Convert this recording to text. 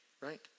right